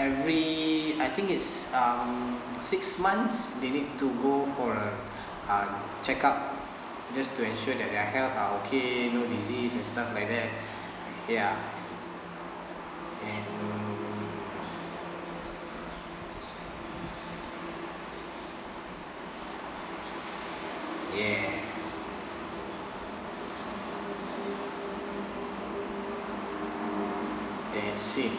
I agree I think is um six month they need to go for a uh checkup just to ensure their health are okay no disease and stuff like that ya and ya that's it